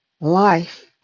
life